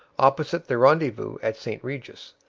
opposite the rendezvous at st regis,